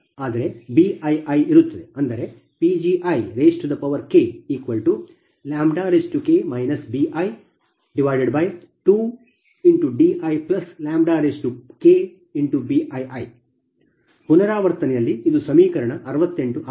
ಆದರೆ Bii ಇರುತ್ತದೆ ಅಂದರೆ PgiKK bi2diKBii ಪುನರಾವರ್ತನೆಯಲ್ಲಿ ಇದು ಸಮೀಕರಣ 68 ಆಗಿದೆ